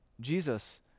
Jesus